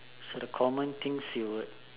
so the common things you would